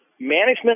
management